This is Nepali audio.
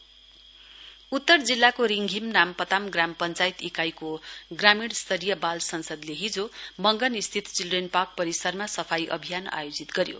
क्लिलिनेस ड्राइप उत्तर जिल्लाको रिंधिम नामपताम ग्राम पञ्चायत इकाइको ग्रामीण स्तरीय बाल संसदले हिजो मंगन स्थित चिलड्रेन पार्क परिसरमा सफाई अभियान आयोजित गर्यो